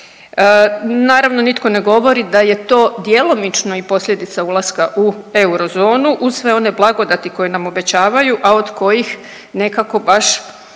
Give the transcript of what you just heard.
Naravno nitko ne govori da je to djelomično i posljedica ulaska u eurozonu uz sve one blagodati koje nam obećavaju, a od kojih nekako baš